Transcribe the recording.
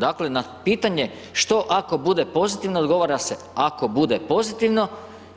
Dakle, na pitanje što ako bude pozitivno, odgovara se ako bude pozitivno